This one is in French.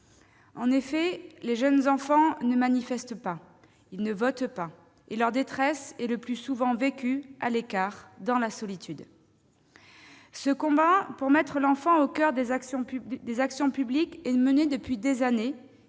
général. Les jeunes enfants ne manifestent pas. Ils ne votent pas. Et leur détresse est le plus souvent vécue à l'écart, dans la solitude. Le combat pour mettre l'enfant au coeur des actions publiques est engagé depuis des années.